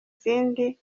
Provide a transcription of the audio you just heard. zindi